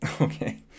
okay